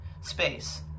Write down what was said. space